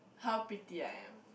how pretty I am